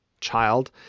child